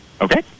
okay